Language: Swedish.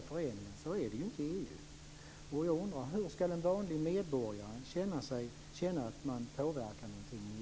Så är det ju inte i EU. Hur skall den vanlige medborgaren känna att han påverkar i EU?